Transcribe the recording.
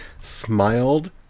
smiled